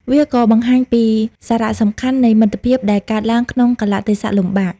វាក៏បង្ហាញពីសារៈសំខាន់នៃមិត្តភាពដែលកើតឡើងក្នុងកាលៈទេសៈលំបាក។